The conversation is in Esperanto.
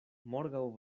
morgaŭ